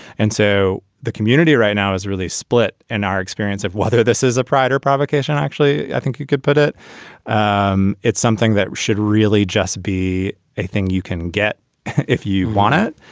and so the community right now is really split in our experience of whether this is a pride or provocation, actually. i think you could put it um it's something that should really just be a thing you can get if you want it.